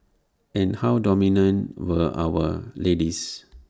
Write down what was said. and how dominant were our ladies